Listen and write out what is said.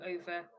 over